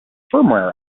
firmware